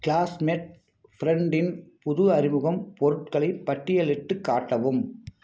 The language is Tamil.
க்ளாஸ்மெட் ஃப்ரெண்டின் புது அறிமுகம் பொருட்களை பட்டியலிட்டுக் காட்டவும்